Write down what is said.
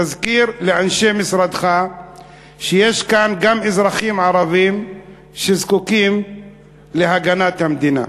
תזכיר לאנשי משרדך שיש כאן גם אזרחים ערבים שזקוקים להגנת המדינה.